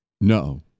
No